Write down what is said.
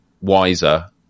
wiser